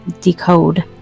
decode